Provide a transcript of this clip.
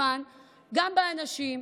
גם באנשים,